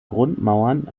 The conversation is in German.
grundmauern